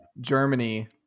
Germany